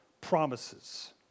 promises